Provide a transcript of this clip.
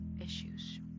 issues